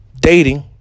Dating